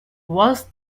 was